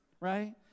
right